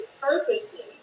purposely